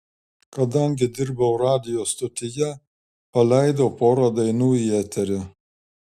kadangi dirbau radijo stotyje paleidau porą dainų į eterį